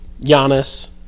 Giannis